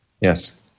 Yes